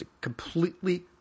completely